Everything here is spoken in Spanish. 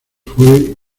fue